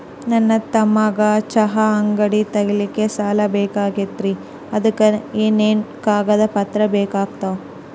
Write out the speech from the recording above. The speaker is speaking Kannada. ನನ್ನ ತಮ್ಮಗ ಚಹಾ ಅಂಗಡಿ ತಗಿಲಿಕ್ಕೆ ಸಾಲ ಬೇಕಾಗೆದ್ರಿ ಅದಕ ಏನೇನು ಕಾಗದ ಪತ್ರ ಬೇಕಾಗ್ತವು?